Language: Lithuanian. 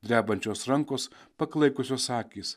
drebančios rankos paklaikusios akys